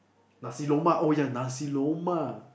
nasi-lemak oh ya nasi-lemak